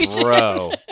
Bro